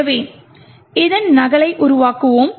எனவே இதன் நகலை உருவாக்குவோம்